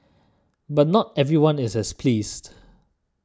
but not everyone is as pleased